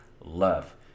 love